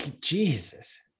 Jesus